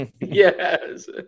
Yes